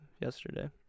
yesterday